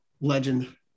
legend